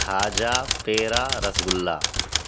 کھا جا پیڑا رس گلہ